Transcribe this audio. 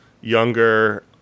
younger